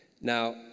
Now